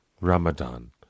Ramadan